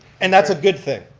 and that's a good thing.